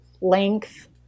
length